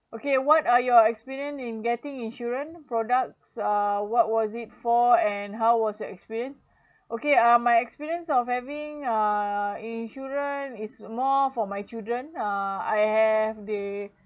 okay what are your experience in getting insurance products uh what was it for and how was your experience okay uh my experience of having uh insurance is more for my children uh I have the